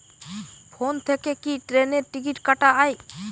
Phone থেকে কি ট্রেনের টিকিট কাটা য়ায়?